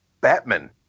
Batman